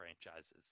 franchises